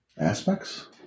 aspects